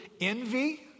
envy